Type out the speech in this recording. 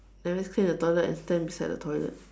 and just clean the toilet and stand beside the toilet